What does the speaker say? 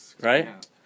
Right